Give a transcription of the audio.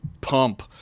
pump